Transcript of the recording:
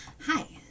Hi